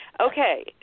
Okay